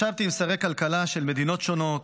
ישבתי עם שרי כלכלה של מדינות שונות,